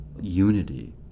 unity